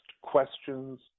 questions